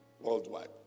worldwide